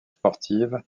sportives